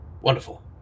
wonderful